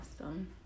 awesome